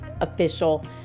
official